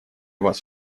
вас